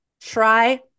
Try